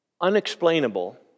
unexplainable